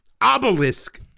obelisk